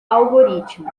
algoritmo